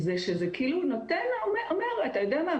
זה שזה כאילו אומר, אתה יודע מה?